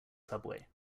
subway